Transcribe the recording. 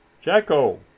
jacko